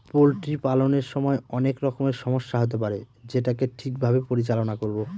poultry পালনের সময় অনেক রকমের সমস্যা হতে পারে যেটাকে ঠিক ভাবে পরিচালনা করবো